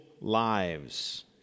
lives